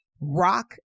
rock